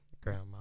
grandma